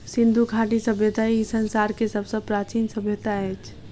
सिंधु घाटी सभय्ता ई संसार के सब सॅ प्राचीन सभय्ता अछि